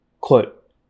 Quote